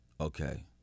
okay